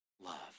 love